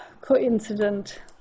coincident